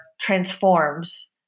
transforms